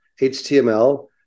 HTML